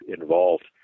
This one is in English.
involved